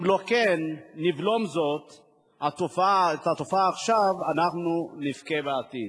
אם לא נבלום את התופעה עכשיו, אנחנו נבכה בעתיד.